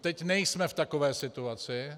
Teď nejsme v takové situaci.